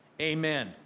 Amen